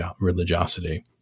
religiosity